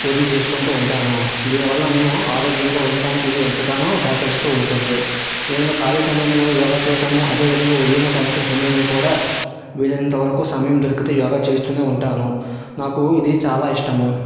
వదులు చేసుకుంటూ ఉంటాను దీనివల్ల నేను ఆరోగ్యంగా ఉండటానికి ఇది ఎంతగానో సహకరిస్తూ ఉంటుంది నేను ఖాళీ సమయంలో యోగా చేయటము అదే విధంగా ఉదయం సాయంత్రం సమయంలో కూడా వీలు అయినంతవరకు సమయం దొరికితే యోగా చేస్తూనే ఉంటాను నాకు ఇది చాలా ఇష్టము